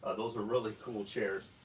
ah those are really cool chairs.